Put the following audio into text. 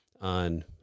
on